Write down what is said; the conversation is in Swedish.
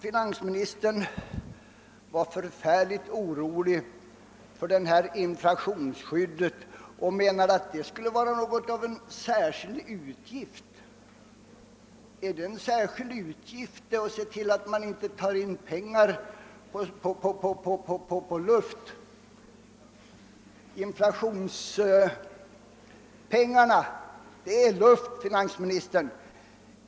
:| Finansministern var orolig för detta inflationsskydd och menade att det skulle innebära en särskild utgift. Inflationspengarna är luft, finansministern.